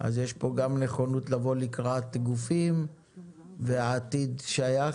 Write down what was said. אז יש פה גם נכונות לבוא לקראת גופים והעתיד שייך